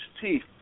teeth